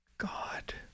God